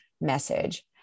message